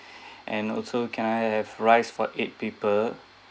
and also can I have rice for eight people